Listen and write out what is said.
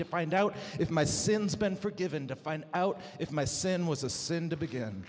to find out if my sins been forgiven to find out if my sin was a sin to begin